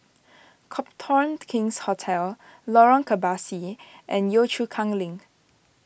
Copthorne King's Hotel Lorong Kebasi and Yio Chu Kang Link